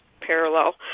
parallel